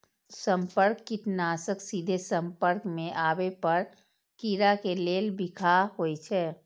संपर्क कीटनाशक सीधे संपर्क मे आबै पर कीड़ा के लेल बिखाह होइ छै